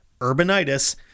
urbanitis